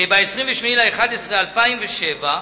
ב-28 בנובמבר 2007,